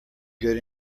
good